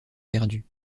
perdu